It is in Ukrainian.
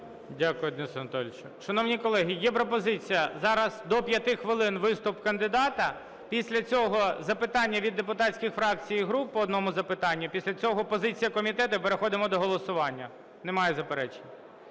Дякую, Денисе Анатолійовичу. Шановні колеги, є пропозиція: зараз до 5 хвилин виступ кандидата, після цього запитання від депутатських фракцій і груп, по одному запитанню, після цього позиція комітету. І переходимо до голосування. Немає заперечень?